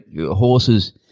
horses